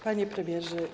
Panie Premierze!